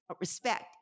respect